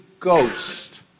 ghost